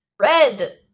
Red